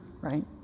right